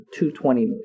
220